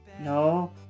no